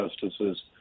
justices